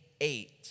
eight